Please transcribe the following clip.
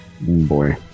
boy